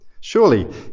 Surely